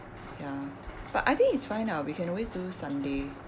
ya but I think it's fine ah we can always do sunday